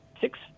six